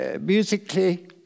musically